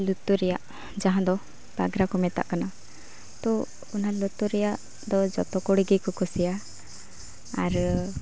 ᱞᱩᱛᱩᱨ ᱨᱮᱭᱟᱜ ᱡᱟᱦᱟᱸᱫᱚ ᱯᱟᱜᱽᱨᱟᱠᱚ ᱢᱮᱛᱟᱜ ᱠᱟᱱᱟ ᱛᱚ ᱚᱱᱟ ᱞᱩᱛᱩᱨ ᱨᱮᱭᱟᱜᱫᱚ ᱡᱚᱛᱚ ᱠᱩᱲᱤ ᱜᱮᱠᱚ ᱠᱩᱥᱤᱭᱟᱜᱼᱟ ᱟᱨ